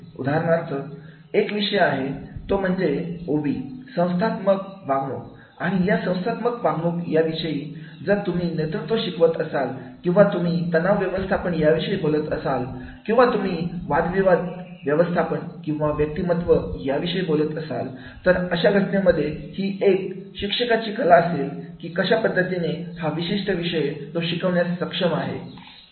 उदाहरणार्थ एक विषय आहे तो म्हणजे ओबी संस्थात्मक वागणूक आणि या संस्थात्मक वागणूक विषयांमध्ये जर तुम्ही नेतृत्व शिकवत असाल किंवा तुम्ही तणाव व्यवस्थापन याविषयी बोलत असाल किंवा तुम्ही वाद विवाद व्यवस्थापन किंवा व्यक्तिमत्व याविषयी बोलत असाल तर अशा घटनेमध्ये ही एक या शिक्षकांची कला असेल की कशा पद्धतीने हा विशिष्ट विषय तो शिकवण्यास सक्षम आहे